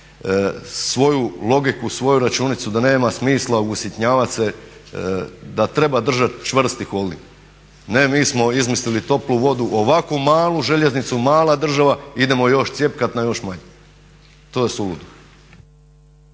svoju logiku, svoju računicu da nema smisla usitnjavat se, da treba držati čvrsti holding. Ne mi smo izmislili toplu vodu. Ovako malu željeznicu, mala država idemo još cjepkati na još manje. To je suludo.